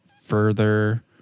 further